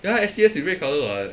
ya S_C_S is red colour what